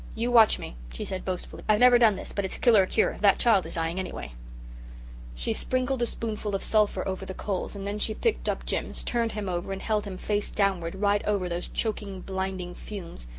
you watch me she said boastfully. i've never done this, but it's kill or cure that child is dying anyway she sprinkled a spoonful of sulphur over the coals and then she picked up jims, turned him over, and held him face downward, right over those choking, blinding fumes.